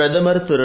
பிரதமர் திரு